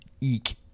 eek